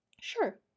Sure